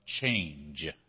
change